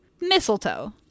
mistletoe